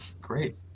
great